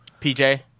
PJ